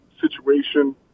situation